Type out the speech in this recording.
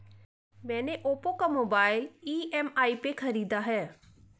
मैने ओप्पो का mobile EMI पे खरीदा है